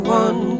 one